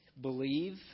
believe